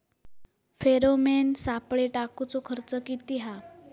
Pheromone सापळे टाकूचो खर्च किती हा?